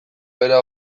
bera